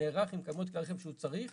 נערך עם כמות כלי הרכב שהוא צריך.